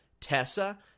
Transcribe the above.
Tessa